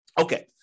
Okay